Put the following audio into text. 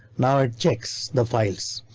now it checks the files.